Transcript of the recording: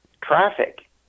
traffic